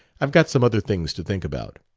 i've got some other things to think about.